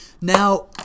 Now